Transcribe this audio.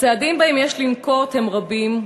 הצעדים שיש לנקוט רבים,